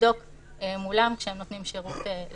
לבדוק מולם כשהם נותנים שירות.